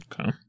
Okay